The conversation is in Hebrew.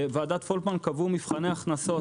בוועדת פולקמן קבעו מבחני הכנסות,